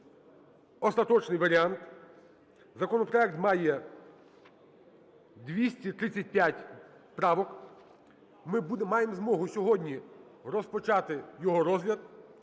остаточний варіант. Законопроект має 235 правок, ми маємо змогу сьогодні розпочати його розгляд